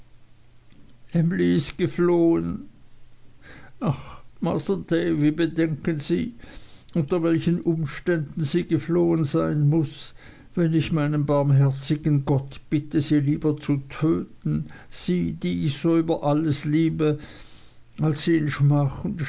ist geflohen ach masr davy bedenken sie unter welchen umständen sie geflohen sein muß wenn ich meinen barmherzigen gott bitte sie lieber zu töten sie die ich so über alles liebe als sie in